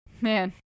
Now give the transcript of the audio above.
Man